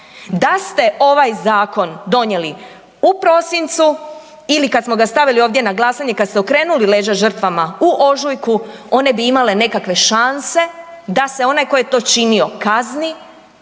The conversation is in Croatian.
Da ste ovaj zakon donijeli u prosincu ili kad smo ga stavili ovdje na glasanje kad ste okrenuli leđa žrtvama u ožujku, one bi imale nekakve šanse da se onaj koji je to činio kazni,